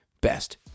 best